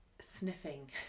sniffing